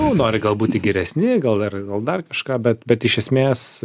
nu nori gal būti geresni gal dar gal dar kažką bet bet iš esmės